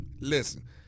Listen